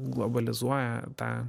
globalizuoja tą